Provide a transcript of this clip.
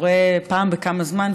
שקורה פעם בכמה זמן,